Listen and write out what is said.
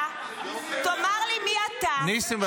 מי שמך